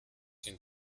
den